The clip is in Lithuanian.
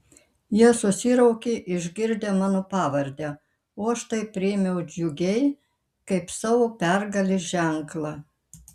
jie susiraukė išgirdę mano pavardę o aš tai priėmiau džiugiai kaip savo pergalės ženklą